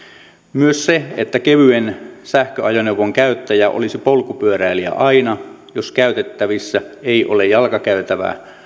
myös se että kevyen sähköajoneuvon käyttäjä olisi polkupyöräilijä aina jos käytettävissä ei ole jalkakäytävää